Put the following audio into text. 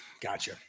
Gotcha